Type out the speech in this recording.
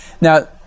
Now